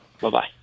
Bye-bye